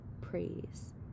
praise